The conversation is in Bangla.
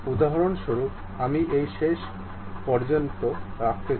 উদাহরণস্বরূপ আমি এই শেষ পর্যন্ত রাখতে চাই